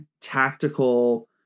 tactical